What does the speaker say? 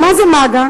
מה זה מג"א?